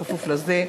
בכפוף לזה,